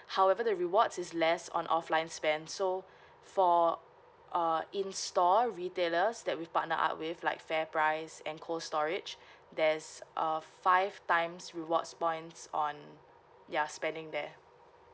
however the rewards is less on offline spend so for uh in store retailers that we partnered up with like fairprice and cold storage there's a five times rewards points on ya spending there